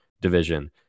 division